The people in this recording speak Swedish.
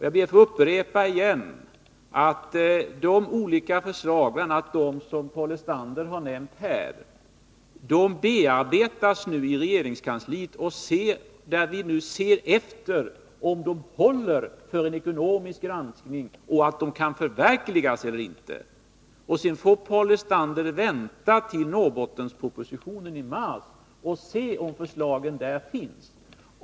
Jag ber att få upprepa att de olika förslag, bl.a. de som Paul Lestander har nämnt här, bearbetas i regeringskansliet, där vi nu ser efter om de håller för en ekonomisk granskning och om de kan förverkligas eller inte. Sedan får Paul Lestander vänta tills Norrbottenspropositionen kommer i maj och se om förslagen finns där.